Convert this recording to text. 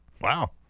Wow